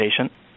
patient